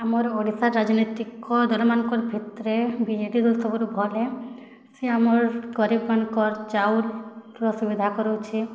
ଆମର୍ ଓଡ଼ିଶା ରାଜନୀତିକ ଦଳ୍ ମାନଙ୍କର୍ ଭିତରେ ବି ଜେ ଡ଼ି ଦଳ୍ ସବୁଠୁ ଭଲ୍ ହେ ସିଏ ଆମର୍ ଗରିବ୍ ମାନଙ୍କର୍ ଚାଉଲ୍ର ସୁବିଧା କରାଉଛି